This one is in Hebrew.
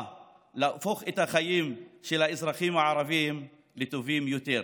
להפוך את החיים של האזרחים הערבים לטובים יותר.